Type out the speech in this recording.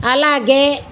అలాగే